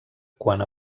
quant